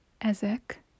ezek